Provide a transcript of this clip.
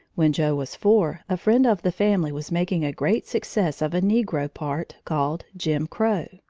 when joe was four, a friend of the family was making a great success of a negro part called jim crow.